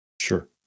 Sure